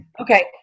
Okay